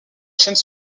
chaîne